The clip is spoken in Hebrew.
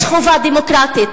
יש חובה דמוקרטית,